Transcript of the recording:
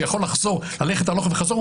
שיכול ללכת הלוך וחזור,